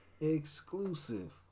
Exclusive